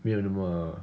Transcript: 没有那么